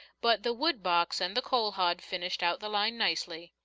but the wood box and the coal-hod finished out the line nicely.